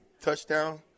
touchdown